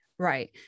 Right